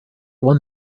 one